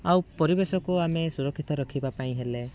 ଆଉ ପରିବେଶକୁ ଆମେ ସୁରକ୍ଷିତ ରଖିବା ପାଇଁ ହେଲେ